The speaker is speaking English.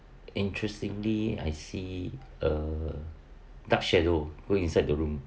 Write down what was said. interestingly I see a dark shadow go inside the room